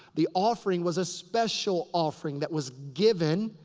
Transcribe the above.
the offering was a special offering that was given.